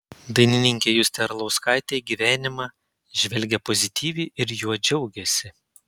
dainininkė justė arlauskaitė į gyvenimą žvelgia pozityviai ir juo džiaugiasi